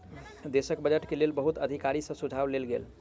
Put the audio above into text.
देशक बजट के लेल बहुत अधिकारी सॅ सुझाव लेल गेल